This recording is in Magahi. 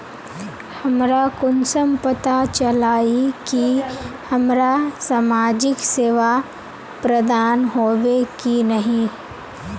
हमरा कुंसम पता चला इ की हमरा समाजिक सेवा प्रदान होबे की नहीं?